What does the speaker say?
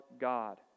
God